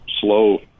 slow